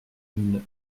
mille